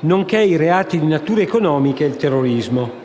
nonché i reati di natura economica e il terrorismo.